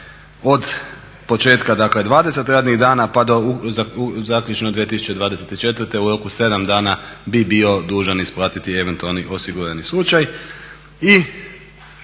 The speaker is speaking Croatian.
od početka, dakle 20 radnih dana pa do zaključno 2024. u roku 7 dana bi bio dužan isplatiti eventualni osigurani slučaj.